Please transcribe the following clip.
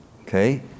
Okay